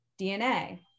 DNA